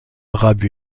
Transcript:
arabes